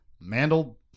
Mandel